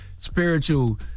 spiritual